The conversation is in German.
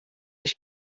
ich